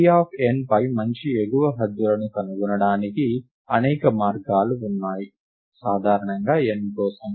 T of n పై మంచి ఎగువ హద్దులను కనుగొనడానికి అనేక మార్గాలు ఉన్నాయి సాధారణంగా n కోసం